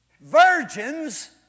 Virgins